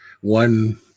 one